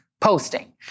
posting